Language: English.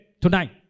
Tonight